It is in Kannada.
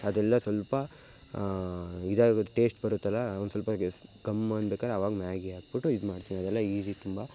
ಅದೆಲ್ಲ ಸ್ವಲ್ಪ ಇದಾಗುತ್ತೆ ಟೇಸ್ಟ್ ಬರುತ್ತಲ್ವಾ ಒಂದು ಸ್ವಲ್ಪ ಗೆಸ್ ಘಮ್ ಅನ್ಬೇಕಾರೆ ಅವಾಗ ಮ್ಯಾಗಿ ಹಾಕ್ಬುಟ್ಟು ಇದು ಮಾಡ್ತೀನಿ ಅದೆಲ್ಲ ಈಸಿ ತುಂಬ